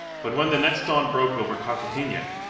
but when the next dawn broke over cartagena,